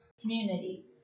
Community